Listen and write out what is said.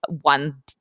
one